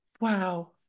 Wow